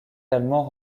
allemands